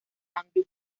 andrew